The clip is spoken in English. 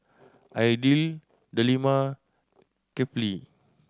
Aidil Delima Kefli